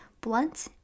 blunt